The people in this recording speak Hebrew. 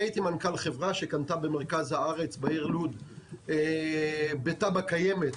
אני הייתי מנכ"ל חברה שקנתה במרכז הארץ בעיר לוד בתב"ע קיימת,